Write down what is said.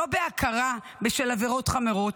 לא בהכרה בשל עבירות חמורות,